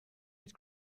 mit